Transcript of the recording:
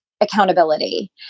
accountability